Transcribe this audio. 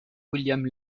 william